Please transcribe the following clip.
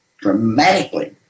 dramatically